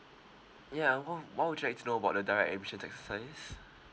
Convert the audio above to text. ya w~ what would you like to know about the direct admissions exercise